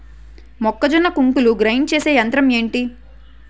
మొక్కజొన్న కంకులు గ్రైండ్ చేసే యంత్రం ఏంటి?